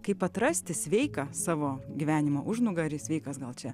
kaip atrasti sveiką savo gyvenimo užnugarį sveikas gal čia